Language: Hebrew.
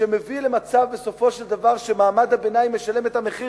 מביאה למצב שבסופו של דבר מעמד הביניים משלם את המחיר.